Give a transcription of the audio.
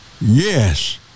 Yes